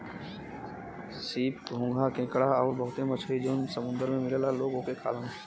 सीप, घोंघा केकड़ा आउर बहुते मछरी जौन समुंदर में मिलला लोग ओके खालन